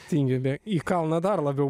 tingi bėgt į kalną dar labiau